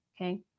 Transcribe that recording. okay